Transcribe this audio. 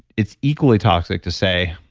it's equally toxic to say,